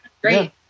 great